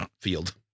field